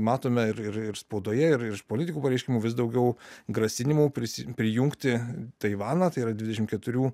matome ir ir spaudoje ir iš politikų pareiškimų vis daugiau grasinimų prisi prijungti taivaną tai yra dvidešimt keturių